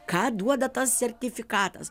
ką duoda tas sertifikatas